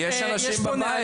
כשמדברים על המורים